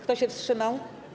Kto się wstrzymał?